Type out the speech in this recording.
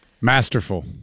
Masterful